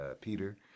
Peter